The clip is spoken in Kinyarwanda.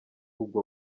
ubwo